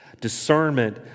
Discernment